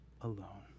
alone